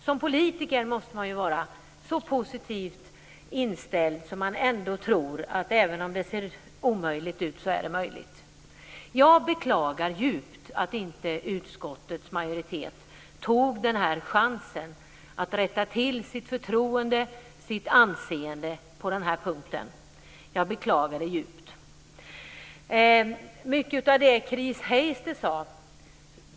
Som politiker måste man vara så positivt inställd att man tror att även om det ser omöjligt ut är det möjligt. Jag beklagar djupt att inte utskottets majoritet tog den här chansen att bättra på sitt förtroende och sitt anseende på den här punkten. Jag beklagar det djupt.